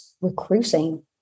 recruiting